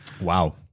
Wow